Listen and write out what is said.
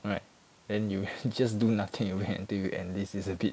right then you just do nothing you can until you enlist is a bit